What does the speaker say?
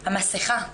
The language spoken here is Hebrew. המסכה.